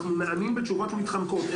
אנחנו נענים בתשובות מתחמקות,